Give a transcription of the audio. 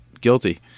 guilty